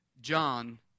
John